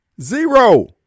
Zero